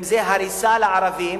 אם הריסה לערבים,